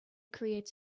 creates